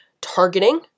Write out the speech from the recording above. targeting